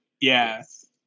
Yes